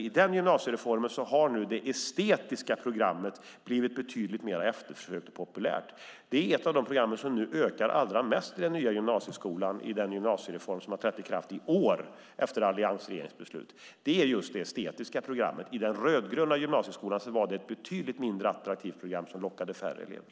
I den gymnasiereformen har det estetiska programmet blivit betydligt mer populärt. Det estetiska programmet är ett av de program som ökar mest i den gymnasiereform som har trätt i kraft i år efter alliansregeringens beslut. I den rödgröna gymnasieskolan var programmet betydligt mindre attraktivt och lockade färre elever.